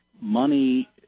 money